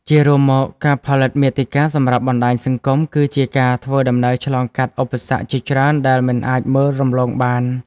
ជារួមមក ការផលិតមាតិកាសម្រាប់បណ្ដាញសង្គមគឺជាការធ្វើដំណើរឆ្លងកាត់ឧបសគ្គជាច្រើនដែលមិនអាចមើលរំលងបាន។